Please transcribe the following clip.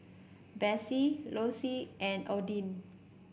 Besse Loyce and Odin